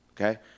okay